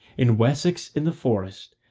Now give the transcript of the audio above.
in wessex in the forest,